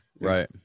Right